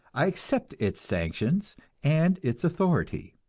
i accept its sanctions and its authority.